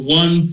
one